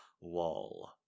wall